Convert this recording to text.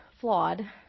flawed